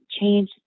change